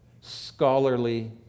scholarly